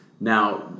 Now